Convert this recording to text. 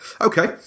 okay